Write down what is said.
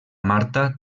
marta